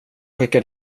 skickar